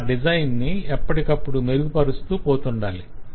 అలా డిజైన్ ను ఎప్పటికప్పుడు మెరుగుపరుస్తూ పోతుండాలి